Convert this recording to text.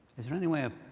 is there any way of